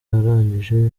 arangije